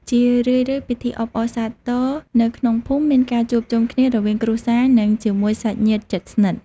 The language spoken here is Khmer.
ជារឿយៗ ពិធីអបអរសាទរនៅក្នុងភូមិមានការជួបជុំគ្នារវាងគ្រួសារ និងជាមួយសាច់ញាតិជិតស្និទ្ធ។